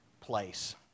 place